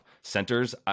centers